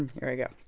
um here i go.